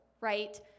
right